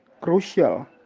crucial